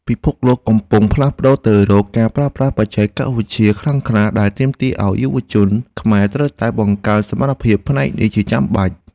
ពិភពលោកកំពុងផ្លាស់ប្តូរទៅរកការប្រើប្រាស់បច្ចេកវិទ្យាខ្លាំងក្លា ដែលទាមទារឱ្យយុវជនខ្មែរត្រូវតែបង្កើនសមត្ថភាពផ្នែកនេះជាចាំបាច់។